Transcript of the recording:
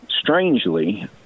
strangely